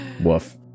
Woof